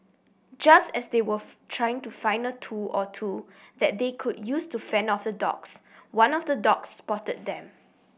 just as they were trying to find a tool or two that they could use to fend off the dogs one of the dogs spotted them